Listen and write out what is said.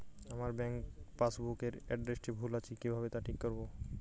আমার bank passbook এর এড্রেসটি ভুল আছে কিভাবে তা ঠিক করবো?